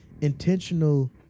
intentional